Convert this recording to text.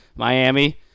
Miami